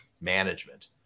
management